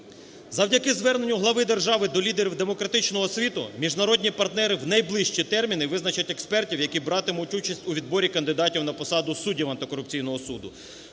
Завдяки зверненню глави держави до лідерів демократичного світу міжнародні партнери в найближчі терміни визначать експертів, які братимуть участь у відборі кандидатів на посаду суддів антикорупційного суду.